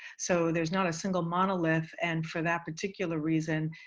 so there's not a single monolith, and for that particular reason,